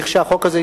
לכשיושלם החוק הזה,